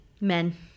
Men